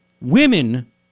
Women